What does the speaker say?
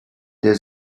der